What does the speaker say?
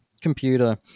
computer